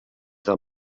del